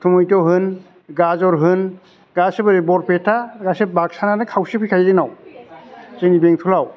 थमेथ' होन गाजर होन गासिबो ओरै बरपेटा गासिबो बाक्सायानो खावसे फैखायो जोंनाव जोंनि बेंथलाव